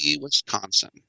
Wisconsin